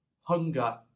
hunger